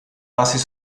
bases